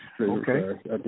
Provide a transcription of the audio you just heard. okay